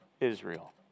Israel